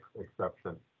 exception